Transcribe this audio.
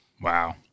Wow